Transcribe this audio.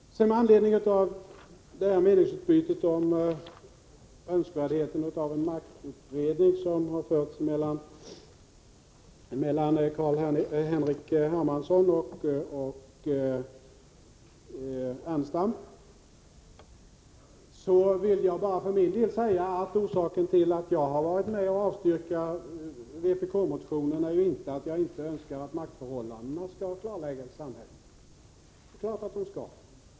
Med anledning av det meningsutbyte om önskvärdheten av en maktutredning som förts mellan Carl-Henrik Hermansson och Lars Ernestam vill jag för min del bara säga att orsaken till att jag har varit med om att avstyrka vpk-motionen inte är att jag inte önskar att maktförhållandena i samhället skall klarläggas. Det är klart att de skall!